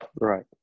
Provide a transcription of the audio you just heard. right